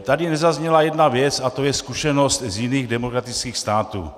Tady nezazněla jedna věc a to je zkušenost z jiných demokratických států.